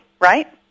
Right